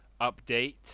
update